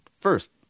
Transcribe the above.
First